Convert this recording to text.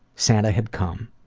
santa had come.